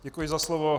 Děkuji za slovo.